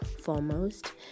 foremost